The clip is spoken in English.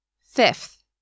Fifth